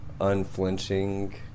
unflinching